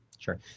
Sure